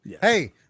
Hey